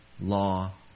law